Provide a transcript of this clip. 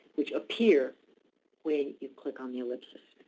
which appear when you click on the ellipsis.